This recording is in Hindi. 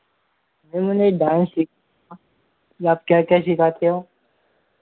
जी मैंने डांस सीख आप क्या क्या सिखाते हो